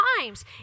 times